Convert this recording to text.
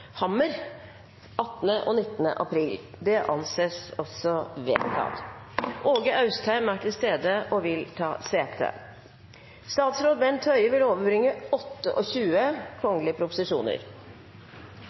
april – Det anses vedtatt. Åge Austheim er til stede og vil ta sete. Representanten Tove Karoline Knutsen vil